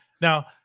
Now